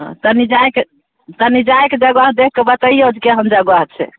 तनी जाके तनी जाके जगह देखके बतैयौ जे केहन जगह छै